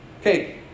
Okay